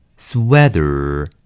Sweater